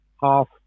half